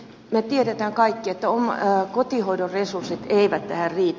me tiedämme kaikki että kotihoidon resurssit eivät tähän riitä